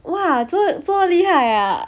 !wah! 这么这么厉害 ah